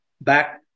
back